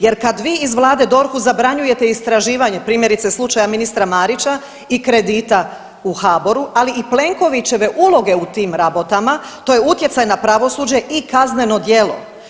Jer kada vi iz Vlade DORH-u zabranjujete istraživanje primjerice slučaj ministra Marića i kredita u HBOR-u, ali i Plenkovićeve uloge u tim rabotama to je utjecaj na pravosuđe i kazneno djelo.